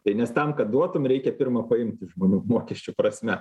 tai nes tam kad duotum reikia pirma paimt iš žmonių mokesčių prasme